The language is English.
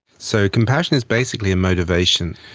so compassion is basically a motivation,